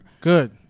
Good